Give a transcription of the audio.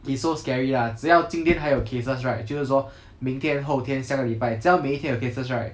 it's so scary lah 只要今天还有 cases right 就是说明天后天下个礼拜只要每一天有 cases right